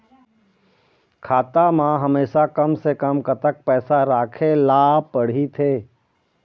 खाता मा हमेशा कम से कम कतक पैसा राखेला पड़ही थे?